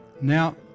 Now